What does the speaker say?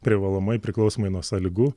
privalomai priklausomai nuo sąlygų